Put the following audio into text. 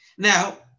Now